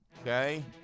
Okay